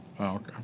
Okay